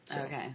Okay